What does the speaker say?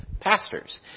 pastors